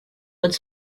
would